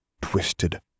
twisted